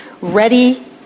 ready